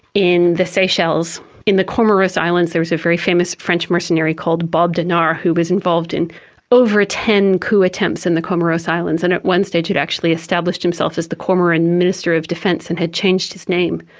in the seychelles. in the comoros islands there was a very famous french mercenary called bob denard who was involved in over ten coup attempts in the comoros islands, and at one stage he'd actually established himself as the comoros um and minister of defence and had changed his name.